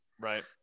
right